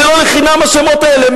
זה לא לחינם השמות האלה.